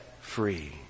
free